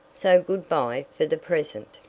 so good-by for the present.